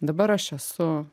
dabar aš esu